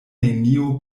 neniu